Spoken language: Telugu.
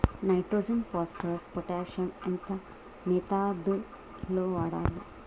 నైట్రోజన్ ఫాస్ఫరస్ పొటాషియం ఎంత మోతాదు లో వాడాలి?